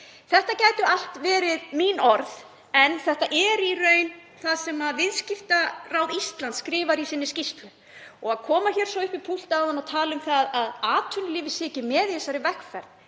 Þetta gætu allt verið mín orð en þetta er í raun það sem Viðskiptaráð Íslands skrifar í sinni skýrslu. Að koma svo upp í púlt áðan og tala um að atvinnulífið sé ekki með í þessari vegferð